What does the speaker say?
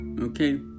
okay